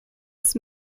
ist